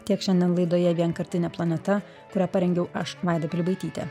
tiek šiandien laidoje vienkartinė planeta kurią parengiau aš vaida pilibaitytė